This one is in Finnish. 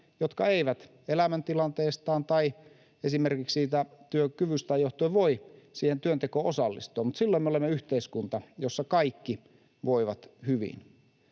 jotka eivät elämäntilanteestaan tai esimerkiksi työkyvystään johtuen voi siihen työntekoon osallistua, mutta silloin me olemme yhteiskunta, jossa kaikki voivat hyvin.